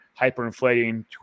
hyperinflating